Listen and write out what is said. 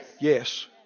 Yes